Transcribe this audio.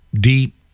deep